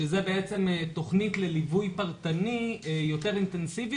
שזה בעצם תוכנית לליווי פרטני יותר אינטנסיבי